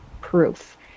proof